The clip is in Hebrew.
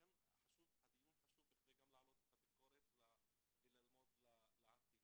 לכן הדיון חשוב גם כדי להעלות את הביקורת וללמוד לעתיד.